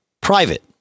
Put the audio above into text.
private